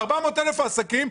ב-400,000 העסקים,